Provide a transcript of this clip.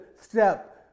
step